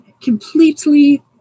completely